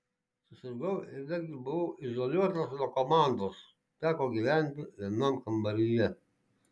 susirgau ir netgi buvau izoliuotas nuo komandos teko gyventi vienam kambaryje